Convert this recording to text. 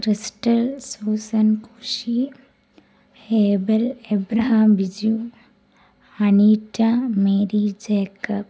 crystal Susan Koshy Abel Abraham Biju Aneeta Mary Jacob